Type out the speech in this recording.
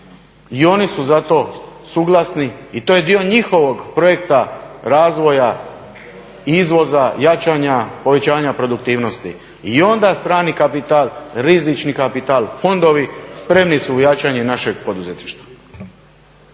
i oni su zato suglasni i to je dio njihovog projekta razvoja izvoza, jačanja, povećanja produktivnosti. I onda strani kapital, rizični kapital, fondovi spremni su u jačanju našeg poduzetništva.